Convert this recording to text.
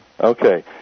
Okay